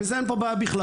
וזה אין פה בעיה בכלל.